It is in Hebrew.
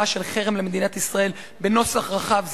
של 'חרם על מדינת ישראל' בנוסח רחב זה"